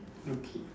okay